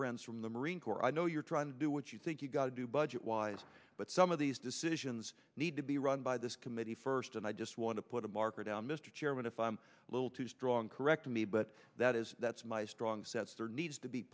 friends from the marine corps i know you're trying to do what you think you've got to do budget wise but some of these decisions need to be run by this committee first and i just want to put a marker down mr chairman if i'm a little too strong correct me but that is that's my strong sense there needs to be